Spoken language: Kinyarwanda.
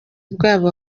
bwabo